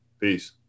Peace